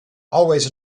always